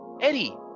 Eddie